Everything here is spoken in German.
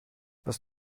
was